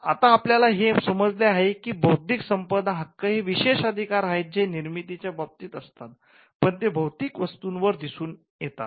आता आपल्याला हे समजले आहे की बौद्धिक संपदा हक्क हे विशेषाधिकार आहेत जे निर्मितीच्या बाबतीत असतात पण ते भौतिक वस्तूंवर दिसून येतात